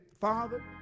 Father